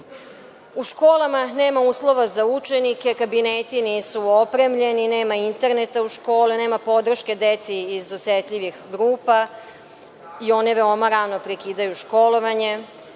školama nema uslova za učenike. Kabineti nisu opremljeni, nema interneta u školi, nema podrške deci iz osetljivih grupa i oni veoma rano prekidaju školovanje.